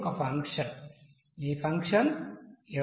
ఈ function f1 f2